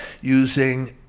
using